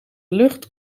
lucht